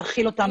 להאכיל אותם,